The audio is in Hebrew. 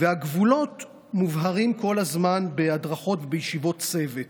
והגבולות מובהרים כל הזמן בהדרכות ובישיבות צוות.